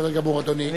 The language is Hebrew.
בסדר גמור, אדוני.